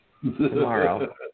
tomorrow